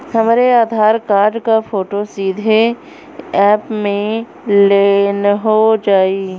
हमरे आधार कार्ड क फोटो सीधे यैप में लोनहो जाई?